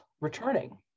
returning